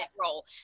role